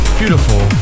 beautiful